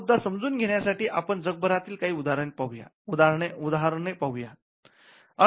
हा मुद्दा समजून घेण्यासाठी आपण जगभरातील काही उदाहरणे पाहूया